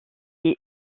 est